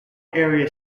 area